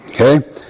Okay